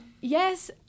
Yes